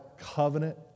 covenant